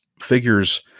figures